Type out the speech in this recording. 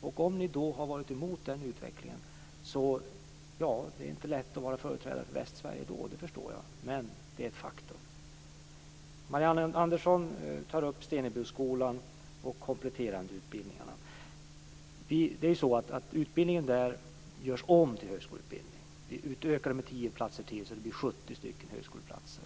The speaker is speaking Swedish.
Om moderaterna då har varit emot den utvecklingen förstår jag att det inte är lätt att vara företrädare för Västsverige. Men det är ett faktum. Marianne Andersson tar upp Stenebyskolan och de kompletterande utbildningarna. Utbildningen där görs om till högskoleutbildning. Vi utökar med tio platser till så att det blir 70 högskoleplatser.